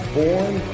born